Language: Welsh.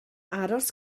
aros